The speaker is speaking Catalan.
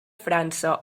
frança